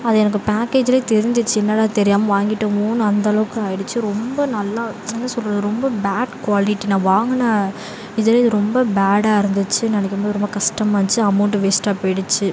அது எனக்கு பேக்கேஜுலே தெரிஞ்சிருச்சு என்னடா தெரியாம வாங்கிட்டோமோனு அந்த அளவுக்கு ஆகிடுச்சி ரொம்ப நல்லா என்ன சொல்கிறது ரொம்ப பேட் குவாலிட்டி நான் வாங்கின இதில் இது ரொம்ப பேடாக இருந்துச்சு நினைக்கும்போது ரொம்ப கஷ்டமா இருந்துச்சி அமௌண்ட்டு வேஸ்ட்டாக போயிடுச்சு